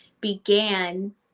began